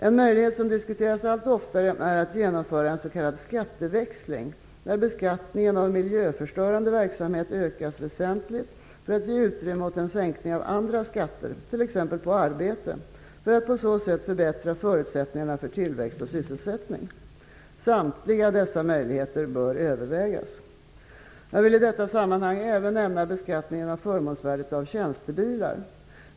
En möjlighet som diskuteras allt oftare är att genomföra en s.k. skatteväxling, där beskattningen av miljöförstörande verksamhet ökas väsentligt för att ge utrymme åt en sänkning av andra skatter, t.ex. på arbete, för att på så sätt förbättra förutsättningarna för tillväxt och sysselsättning. Samtliga dessa möjligheter bör övervägas. Jag vill i detta sammanhang även nämna beskattningen av förmånsvärdet av tjänstebilar.